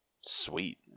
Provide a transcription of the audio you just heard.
Sweet